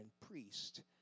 priest